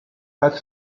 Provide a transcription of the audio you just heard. that